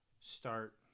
start